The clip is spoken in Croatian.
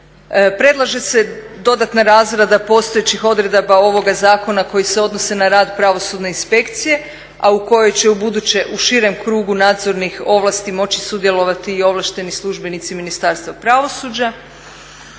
Predlaže se dodatna razrada postojećih odredaba ovoga zakona koje se odnose na rad pravosudne inspekcije, a u kojoj će ubuduće u širem krugu nadzornih ovlasti moći sudjelovati i ovlašteni službenici Ministarstva pravosuđa,